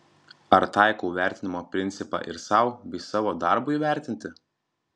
ar taikau vertinimo principą ir sau bei savo darbui įvertinti